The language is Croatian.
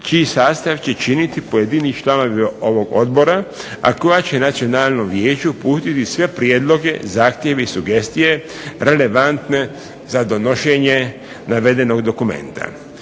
čiji sastav će činiti pojedini članovi ovog odbora, a koja će Nacionalnom vijeću uputiti sve prijedloge, zahtjeve i sugestije relevantne za donošenje navedenog dokumenta.